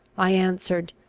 i answered